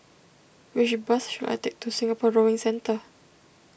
which bus should I take to Singapore Rowing Centre